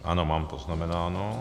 Ano, mám poznamenáno.